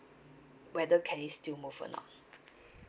whether can it still move or not